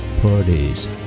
parties